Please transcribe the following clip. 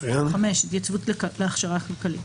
5. התייצבות להכשרה כלכלית.